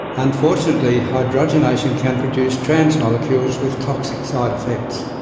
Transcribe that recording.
unfortunately hydrogenation can produce trans molecules with toxic side-effects.